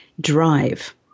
drive